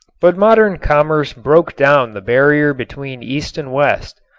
but modern commerce broke down the barrier between east and west.